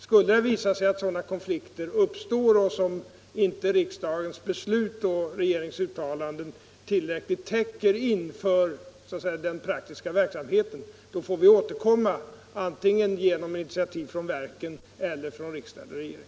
Skulle det visa sig att sådana konflikter uppstår som riksdagens beslut och regeringens uttalanden inte tillräckligt täcker in i den praktiska verksamheten, får vi återkomma med initiativ antingen från verken eller från riksdag och regering.